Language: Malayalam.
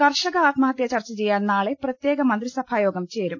കർഷക ആത്മഹത്യ ചർച്ച ചെയ്യാൻ നാളെ പ്രത്യേക മന്ത്രി സഭായോഗം ചേരും